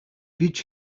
гэж